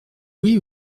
oui